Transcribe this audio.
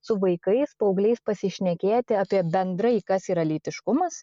su vaikais paaugliais pasišnekėti apie bendrai kas yra lytiškumas